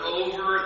over